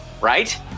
right